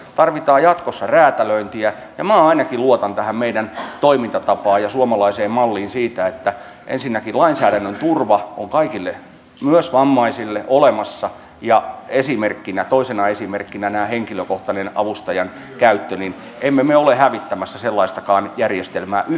tarvitaan jatkossa räätälöintiä ja minä ainakin luotan tähän meidän toimintatapaamme ja suomalaiseen malliin siinä että ensinnäkin lainsäädännön turva on kaikille olemassa myös vammaisille ja toisena esimerkkinä tämä henkilökohtaisen avustajan käyttö emme me ole hävittämässä sellaistakaan järjestelmää yhtään mihinkään